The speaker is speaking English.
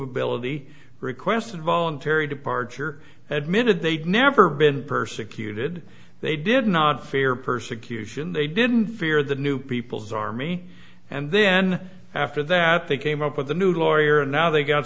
ability requested voluntary departure had minute they'd never been persecuted they did not fare persecution they didn't fear the new people's army and then after that they came up with a new lawyer and now they got